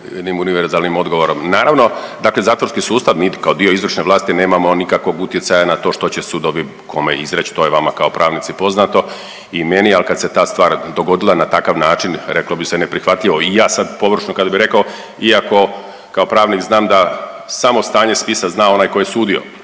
jednim univerzalnim odgovorom. Naravno dakle zatvorski sustav, niti mi kao dio izvršne vlasti nemamo nikakvog utjecaja na to što će sud kome što izreć, to je vama kao pravnici poznato i meni, al kad se ta stvar dogodila na takav način reklo bi se neprihvatljivo i ja sad površno kad bi rekao iako kao pravnik znam da samo stanje spisa zna onaj ko je sudio,